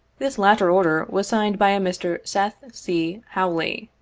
this latter order was signed by a mr. seth c. hawley,